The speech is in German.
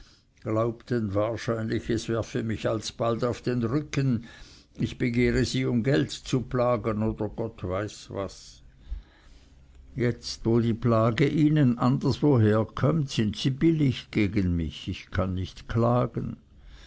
wahrscheinlich es werfe mich alsbald auf den rücken ich begehre sie um geld zu plagen oder gott weiß was jetzt wo die plage ihnen anderswoher kömmt sind sie billig gegen mich ich kann nicht klagen